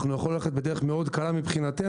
אנחנו יכולים ללכת בדרך מאוד קלה מבחינתנו,